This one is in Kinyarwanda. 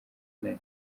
nta